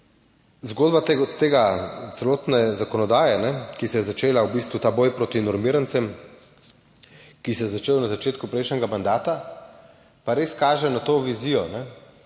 Zgodba tega, celotne zakonodaje, ki se je začela, v bistvu ta boj proti normirancem, ki se je začel na začetku prejšnjega mandata, pa res kaže na to vizijo,